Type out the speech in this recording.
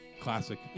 classic